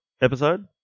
episode